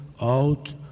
out